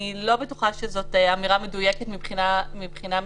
אני לא בטוחה שזו אמירה מדויקת מבחינה משפטית.